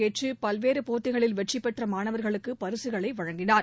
பங்கேற்றுபல்வேறுபோட்டிகளில் வெற்றிபெற்றமாணவர்களுக்குபரிசுகளைவழங்கினார்